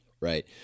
right